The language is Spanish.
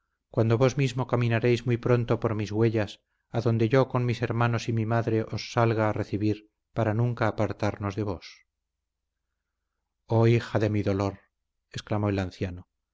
cuando vos mismo caminaréis muy pronto por mis huellas adonde yo con mis hermanos y mi madre os salga a recibir para nunca apartarnos de vos oh hija de mi dolor exclamó el anciano